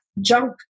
junk